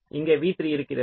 இங்கே v3 இருக்கிறது